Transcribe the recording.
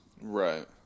Right